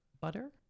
butter